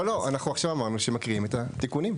אנחנו עכשיו אמרנו שמקריאים את התיקונים.